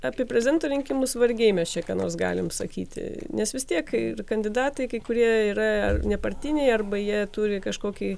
apie prezidento rinkimus vargiai mes čia ką nors galime sakyti nes vis tiek ir kandidatai kurie yra nepartiniai arba jie turi kažkokį